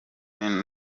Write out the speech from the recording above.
cumi